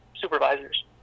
supervisors